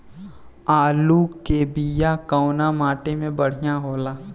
आलू के बिया कवना माटी मे बढ़ियां होला?